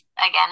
again